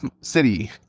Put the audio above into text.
city